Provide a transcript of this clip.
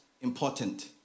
important